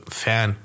fan